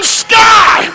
sky